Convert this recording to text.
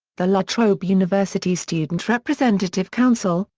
the la trobe university student representative council,